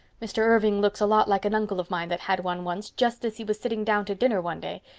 mr. irving looks a lot like an uncle of mine that had one once just as he was sitting down to dinner one day.